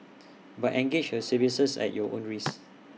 but engage her services at your own risk